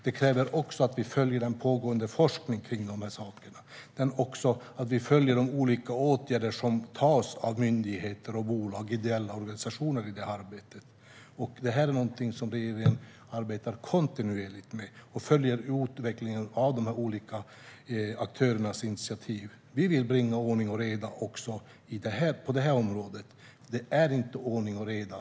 Det kräver att vi följer den pågående forskningen om dessa saker. Det kräver också att vi följer de olika åtgärder som vidtas av myndigheter, bolag och ideella organisationer i fråga om detta arbete. Detta är någonting som regeringen arbetar med kontinuerligt, och vi följer utvecklingen av de olika aktörernas initiativ. Vi vill bringa ordning och reda också på detta område. Det är inte ordning och reda.